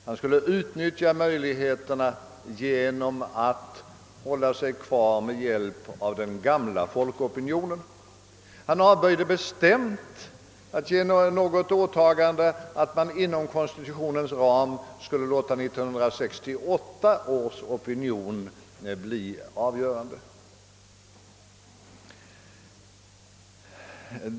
Han skulle utnyttja möjligheterna genom att hålla sig kvar med hjälp av den gamla folkopinionen. Han avböjde bestämt att göra någon utfästelse som innebar att man inom konstitutionens ram skulle låta 1968 års valresultat bli avgörande.